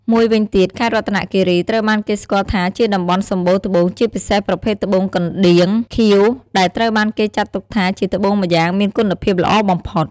មួយវិញទៀត ខេត្តរតនគិរីត្រូវបានគេស្គាល់ថាជាតំបន់សម្បូរត្បូង ជាពិសេសប្រភេទត្បូងកណ្ដៀងខៀវ ដែលត្រូវបានគេចាត់ទុកថាជាត្បូងម្យ៉ាងមានគុណភាពល្អបំផុត។